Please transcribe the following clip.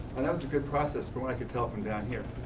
and that was a good process from what i could tell from down here.